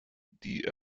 die